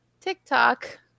TikTok